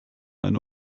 eine